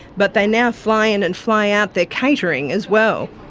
but they now fly in and fly out their catering as well.